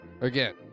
Again